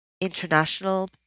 international